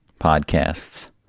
podcasts